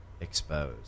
exposed